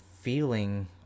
feeling